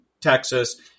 texas